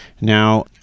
Now